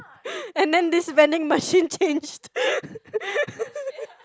and then this vending machine changed